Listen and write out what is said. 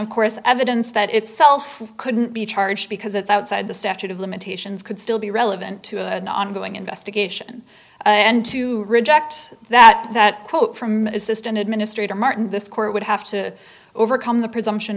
of course evidence that itself couldn't be charged because it's outside the statute of limitations could still be relevant to an ongoing investigation and to reject that that quote from it is just an administrator martin this court would have to overcome the presumption